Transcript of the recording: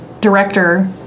director